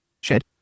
Shed